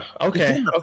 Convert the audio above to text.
Okay